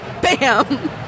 bam